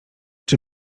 czy